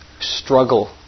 struggle